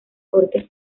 cortes